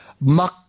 Mak